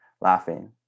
laughing